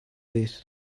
this